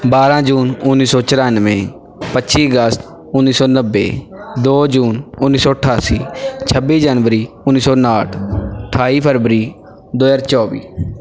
ਬਾਰਾਂ ਜੂਨ ਉੱਨੀ ਸੌ ਚੁਰਾਨਵੇਂ ਪੱਚੀ ਅਗਸਤ ਉੱਨੀ ਸੌ ਨੱਬੇ ਦੋ ਜੂਨ ਉੱਨੀ ਸੌ ਅਠਾਸੀ ਛੱਬੀ ਜਨਵਰੀ ਉੱਨੀ ਸੌ ਉਣਾਹਠ ਅਠਾਈ ਫਰਵਰੀ ਦੋ ਹਜ਼ਾਰ ਚੌਵੀ